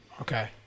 Okay